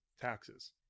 taxes